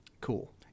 Cool